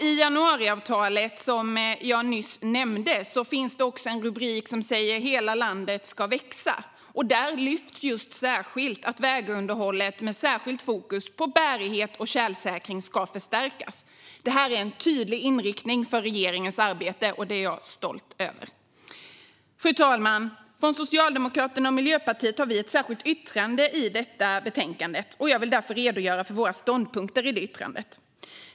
I januariavtalet, som jag nyss nämnde, finns en rubrik som lyder "Hela landet ska växa". Där lyfts särskilt fram att vägunderhållet, med särskilt fokus på bärighet och tjälsäkring, ska förstärkas. Det är en tydlig inriktning för regeringens arbete, och det är jag stolt över. Fru talman! Vi i Socialdemokraterna och Miljöpartiet har ett särskilt yttrande i detta betänkande, och jag vill därför redogöra för våra ståndpunkter i det yttrandet.